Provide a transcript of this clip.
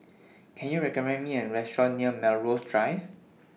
Can YOU recommend Me A Restaurant near Melrose Drive